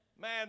man